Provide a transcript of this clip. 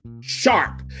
sharp